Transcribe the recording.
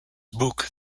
book